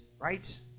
right